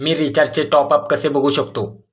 मी रिचार्जचे टॉपअप कसे बघू शकतो?